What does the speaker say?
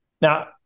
Now